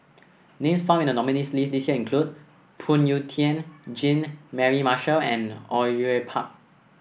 names found in the nominees' list this year include Phoon Yew Tien Jean Mary Marshall and Au Yue Pak